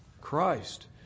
Christ